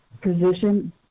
position